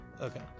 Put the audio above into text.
Okay